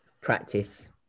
practice